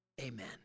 Amen